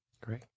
Great